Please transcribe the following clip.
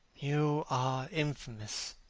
you are infamous,